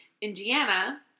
Indiana